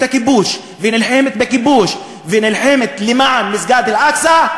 הכיבוש והיא נלחמת בכיבוש ונלחמת למען מסגד אל-אקצא,